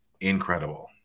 incredible